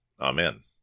Amen